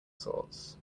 sorts